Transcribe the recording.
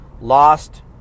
lost